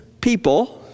people